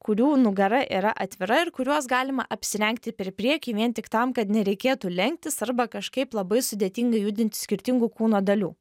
kurių nugara yra atvira ir kuriuos galima apsirengti per priekį vien tik tam kad nereikėtų lenktis arba kažkaip labai sudėtingai judinti skirtingų kūno dalių